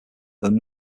though